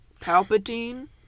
Palpatine